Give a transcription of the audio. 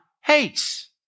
hates